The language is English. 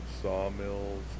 sawmills